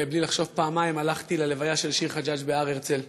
ובלי לחשוב פעמיים הלכתי ללוויה של שיר חג'אג' בהר-הרצל.